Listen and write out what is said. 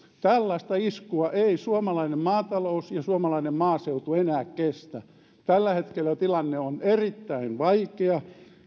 tällaista iskua ei suomalainen maatalous ja suomalainen maaseutu enää kestä tällä hetkellä tilanne on erittäin vaikea